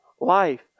life